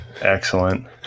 Excellent